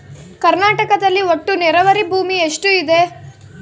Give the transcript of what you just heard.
ಕರ್ನಾಟಕದಲ್ಲಿ ಒಟ್ಟು ನೇರಾವರಿ ಭೂಮಿ ಎಷ್ಟು ಇದೆ?